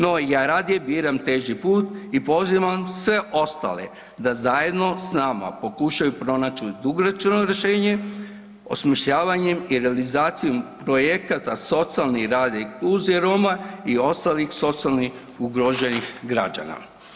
No ja radije biram teži put i pozivam sve ostale da zajedno s nama pokušaju pronaći dugoročno rješenje osmišljavanjem i realizacijom projekata socijalne i … [[Govornik se ne razumije]] i ostalih socijalnih ugroženih građana.